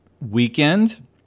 weekend